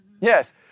Yes